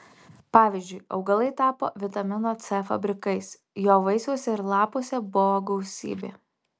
pavyzdžiui augalai tapo vitamino c fabrikais jo vaisiuose ir lapuose buvo gausybė